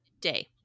day